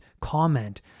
comment